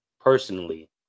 personally